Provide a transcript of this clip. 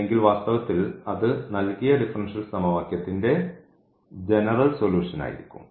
അല്ലെങ്കിൽ വാസ്തവത്തിൽ അത് നൽകിയ ഡിഫറൻഷ്യൽ സമവാക്യത്തിന്റെ ജനറൽ സൊല്യൂഷൻ ആയിരിക്കും